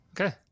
Okay